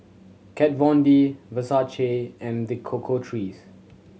Kat Von D Versace and The Cocoa Trees